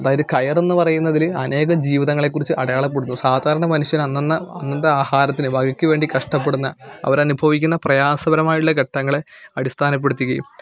അതായത് കയർ എന്ന് പറയുന്നതില് അനേകം ജീവിതങ്ങളെക്കുറിച്ച് അടയാളപ്പെടുത്തുന്നു സാധാരണ മനുഷ്യന് അന്ന് അന്നത്തെ ആഹാരത്തിന് വകയ്ക്ക് വേണ്ടി കഷ്ടപ്പെടുന്ന അവരനുഭവിക്കുന്ന പ്രയാസപരമായുള്ള ഘട്ടങ്ങളെ അടിസ്ഥാനപ്പെടുത്തി